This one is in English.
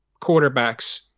quarterbacks